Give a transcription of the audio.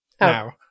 Now